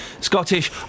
Scottish